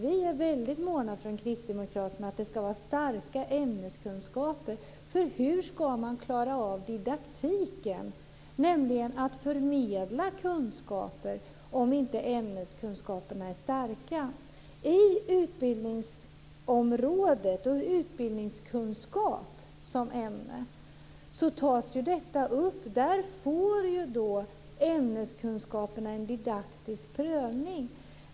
Vi är väldigt måna från Kristdemokraterna om att det ska vara goda ämneskunskaper, för hur ska man klara av didaktiken, nämligen förmedlingen av kunskaper, om ämneskunskaperna inte är goda? På utbildningsområdet och när det gäller ämnet utbildningskunskap tas detta upp. Där får ämneskunskaperna en didaktisk prövning.